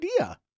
idea